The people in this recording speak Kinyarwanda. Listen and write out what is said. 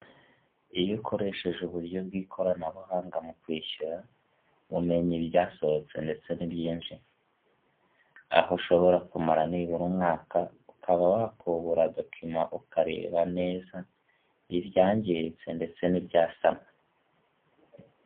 Iyo ukoresheje uburyo bw'ikoranabuhanga mu kwishyura umenya ibyasohotse ndetse nibyinjiye, aho ushobora kumara nibura umwaka ukaba wakubura dokima ukareba neza ibyangiritse ndetse n'ibyasanwe.